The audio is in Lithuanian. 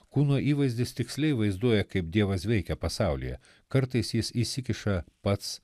kūno įvaizdis tiksliai vaizduoja kaip dievas veikia pasaulyje kartais jis įsikiša pats